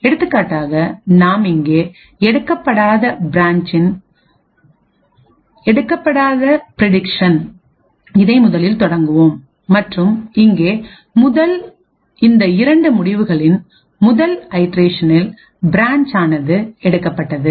எடுத்துக்காட்டாகநாம் இங்கே எடுக்கப்படாதபிரடிக்சன் இதை முதலில் தொடங்குவோம் மற்றும் இங்கே முதல்இந்த இரண்டு முடிவுகளின்முதல் ஐட்ரேஷனில் பிரான்ச்ஆனது எடுக்கப்பட்டது